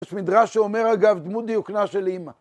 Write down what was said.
יש מדרש שאומר, אגב, דמות דיוקנה של אימא.